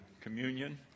communion